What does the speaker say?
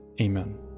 Amen